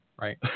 right